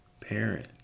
parent